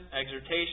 exhortation